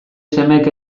semeek